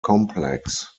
complex